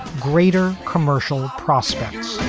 greater commercial prospects